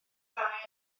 ddau